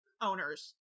owners